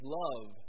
love